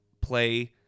play